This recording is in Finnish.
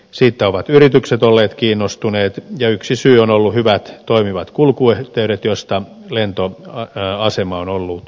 siitä ovat yritykset olleet kiinnostuneet ja yksi syy on ollut hyvät toimivat kulkuyhteydet joista lentoasema on ollut yksi